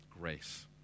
Grace